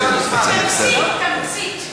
זה מונח בהצעת החוק.